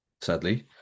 sadly